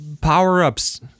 power-ups